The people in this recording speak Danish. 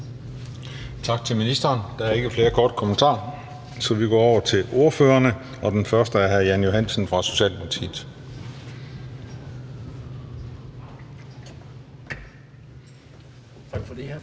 Tak til ministeren. Der er ikke flere korte bemærkninger. Så går vi over til ordførerne, og den første ordfører er hr. Jan Johansen fra Socialdemokratiet. Kl.